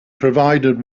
provided